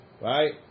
Right